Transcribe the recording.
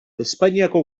espainiako